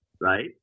right